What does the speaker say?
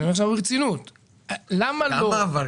אבל אני אומר עכשיו ברצינות --- כמה עבריינים